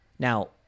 Now